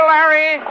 Larry